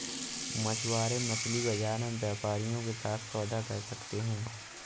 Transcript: मछुआरे मछली बाजार में व्यापारियों के साथ सौदा कर सकते हैं